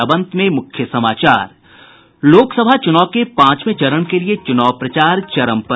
और अब अंत में मुख्य समाचार लोकसभा चुनाव के पांचवे चरण के लिये चुनाव प्रचार चरम पर